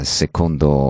secondo